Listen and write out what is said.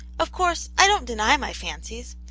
of course, i don't deny my fancies.